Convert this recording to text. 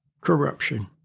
corruption